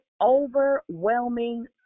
overwhelming